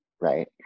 right